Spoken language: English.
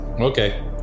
Okay